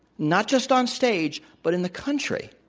not just on stage, but in the country,